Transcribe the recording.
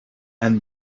and